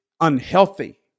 unhealthy